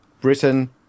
Britain